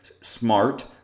smart